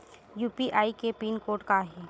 UPI के pin code का हे?